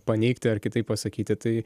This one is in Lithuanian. paneigti ar kitaip pasakyti tai